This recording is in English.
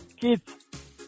kids